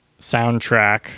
soundtrack